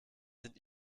sind